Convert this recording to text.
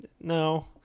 no